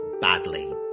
Badly